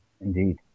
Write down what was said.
Indeed